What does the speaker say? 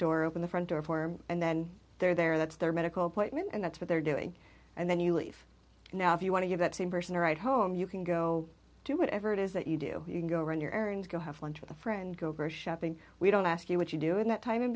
door open the front door and then they're there that's their medical appointment and that's what they're doing and then you leave now if you want to give that same person a ride home you can go do whatever it is that you do you can go run your errands go have lunch with a friend go grocery shopping we don't ask you what you do in that time in